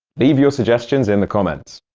leave your suggestions in the comments!